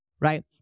right